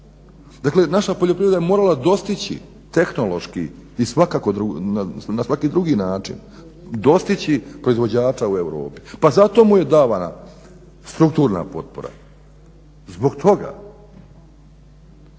Dakle naša poljoprivreda je morala dostići tehnološki i na svaki drugi način dostići proizvođača u Europi, pa zato mu je davana strukturna potpora, zbog toga.